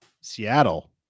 Seattle